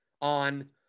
on